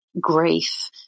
grief